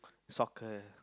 soccer